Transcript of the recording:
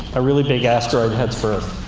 a really big asteroid heads for earth.